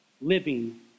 living